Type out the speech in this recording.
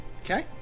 Okay